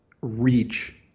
reach